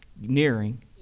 nearing